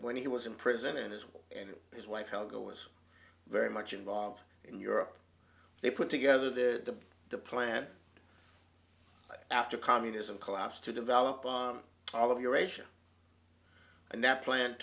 when he was in prison and his wife and his wife helga was very much involved in europe they put together the the plan after communism collapsed to develop all of eurasia and that plan